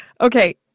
Okay